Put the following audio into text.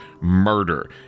murder